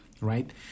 Right